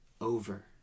over